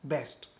Best